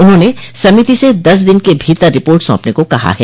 उन्होंने समिति से दस दिन के भीतर रिपोर्ट सौंपने को कहा है